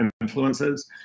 influences